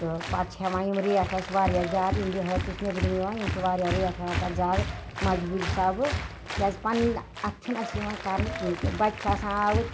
تہٕ پَتہٕ چھِ ہیٚوان یِم ریٹ اَسہِ واریاہ زیادٕ یِم بِہٲرۍ تہِ چھِ نٮ۪برِم یِوان یِم چھِ واریاہ ریٹ ہیٚوان پَتہٕ زیادٕ مجبوٗری حِسابہٕ کیٛازِ پَنٕنہِ اَتھِ چھُنہٕ اَسہِ یِوان کَرنہٕ کِہیٖنۍ کہِ بَچہِ چھِ آسان آوٕرۍ